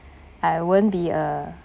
I won't be a